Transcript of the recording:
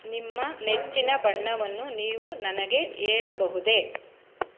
ನಿಮ್ಮ ನೆಚ್ಚಿನ ಬಣ್ಣವನ್ನು ನೀವು ನನಗೆ ಹೇಳಬಹುದೆ